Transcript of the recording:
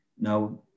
Now